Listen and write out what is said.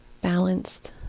balanced